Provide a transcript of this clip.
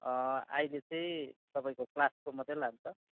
अहिले चाहिँ तपाईँको क्लासको मात्रै लान्छ